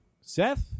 Seth